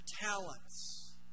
talents